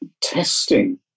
Testing